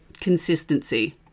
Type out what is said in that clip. consistency